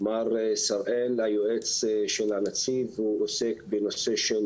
מר שראל היועץ של הנציב עוסק בנושא של